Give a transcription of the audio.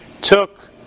took